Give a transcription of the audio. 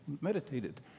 meditated